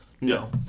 No